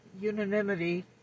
unanimity